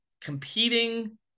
competing